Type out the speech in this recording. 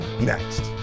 Next